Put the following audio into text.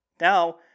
Now